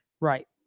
Right